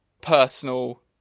personal